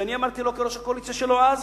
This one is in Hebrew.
ואני אמרתי לו כראש הקואליציה שלו אז,